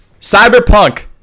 cyberpunk